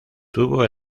tuvo